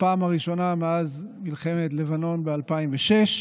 בפעם הראשונה מאז מלחמת לבנון ב-2006,